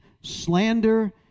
slander